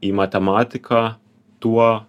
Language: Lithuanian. į matematiką tuo